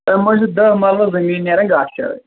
امہِ منٛز چھِ دہ مرلہٕ زٔمیٖن نیران گاسہٕ چرٲے